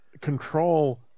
control